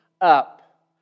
up